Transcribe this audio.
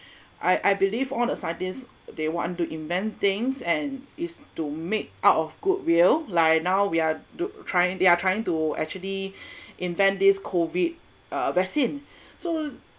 I I believe all the scientists they want to invent things and is to make out of goodwill like now we are to~ trying they are trying to actually invent this COVID uh vaccine so